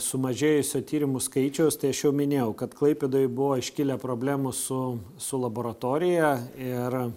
sumažėjusio tyrimų skaičiaus tai aš jau minėjau kad klaipėdoj buvo iškilę problemų su su laboratorija ir